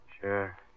Sure